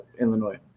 Illinois